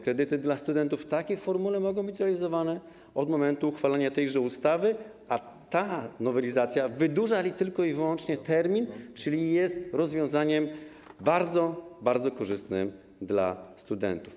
Kredyty dla studentów w takiej formule mogą być realizowane od momentu uchwalenia tejże ustawy, a ta nowelizacja wydłuża tylko i wyłącznie termin, czyli jest rozwiązaniem bardzo, bardzo korzystnym dla studentów.